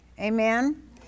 Amen